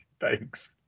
Thanks